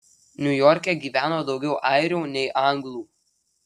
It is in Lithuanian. niujorke gyveno daugiau airių nei anglų